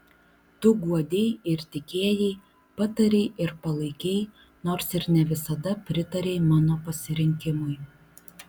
tu guodei ir tikėjai patarei ir palaikei nors ir ne visada pritarei mano pasirinkimui